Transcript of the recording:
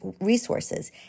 resources